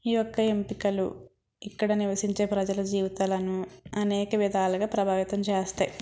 ఈ యొక్క ఎంపికలు ఇక్కడ నివసించే ప్రజలు జీవితాలను అనేక విధాలుగా ప్రభావితం చేస్తాయ్